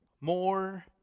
more